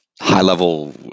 high-level